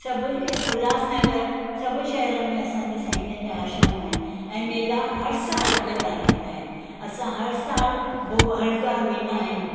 सभु उल्हासनगर सभु शहरनि में असांजे साईंजन जा आश्रम आहिनि ऐं मेला हर साल लॻंदा रहींदा आहिनि असां हर साल भुओ हर साल वेंदा आहिनि